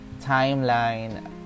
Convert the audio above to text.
timeline